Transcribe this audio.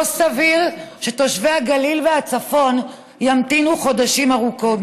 לא סביר שתושבי הגליל והצפון ימתינו חודשים ארוכים.